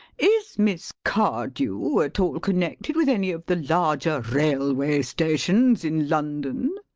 is miss cardew at all connected with any of the larger railway stations in london?